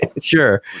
Sure